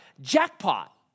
jackpot